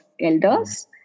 elders